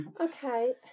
Okay